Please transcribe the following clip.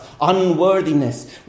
unworthiness